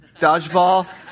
dodgeball